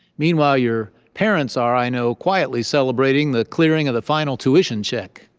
meanwhile, your parents are, i know, quietly celebrating the clearing of the final tuition check.